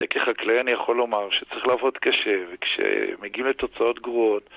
כחקלאי אני יכול לומר שצריך לעבוד קשה, וכשמגיעים לתוצאות גרועות...